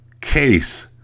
case